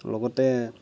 লগতে